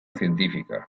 científica